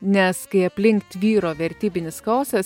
nes kai aplink tvyro vertybinis chaosas